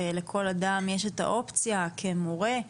לכל אדם יש את האופציה כמורה,